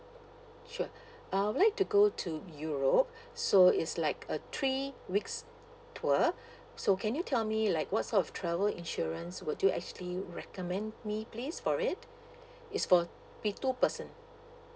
sure I would like to go to europe so is like a three weeks tour so can you tell me like what sort of travel insurance would you actually recommend me please for it it's for be two person